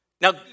Now